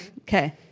okay